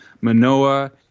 Manoa